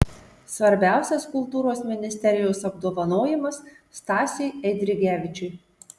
svarbiausias kultūros ministerijos apdovanojimas stasiui eidrigevičiui